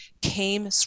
came